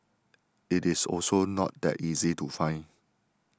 it is also not that easy to find